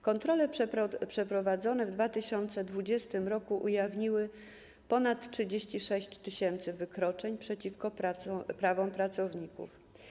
Kontrole przeprowadzone w 2020 r. ujawniły ponad 36 tys. wykroczeń przeciwko prawom pracowników.